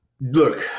Look